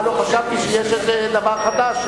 חשבתי שיש איזה דבר חדש,